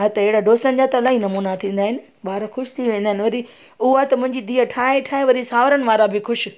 हा त हेड़ा डोसनि जा त इलाही नमूना थींदा आहिनि ॿार ख़ुशि थी वेंदा आहिनि वरी उहा त मुंहिंजी धीअ ठाहे ठाहे वरी सावरनि वारा बि ख़ुशि